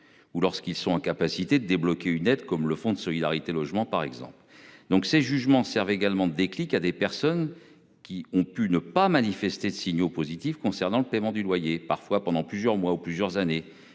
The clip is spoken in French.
Ou lorsqu'ils sont en capacité de débloquer une aide comme le Fonds de solidarité logement par exemple. Donc ces jugements servent également de déclic à des personnes qui ont pu ne pas manifester de signaux positifs concernant le paiement du loyer, parfois pendant plusieurs mois ou plusieurs années